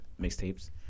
mixtapes